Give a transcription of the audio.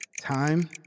Time